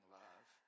love